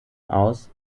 aus